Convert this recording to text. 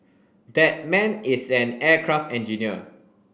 that man is an aircraft engineer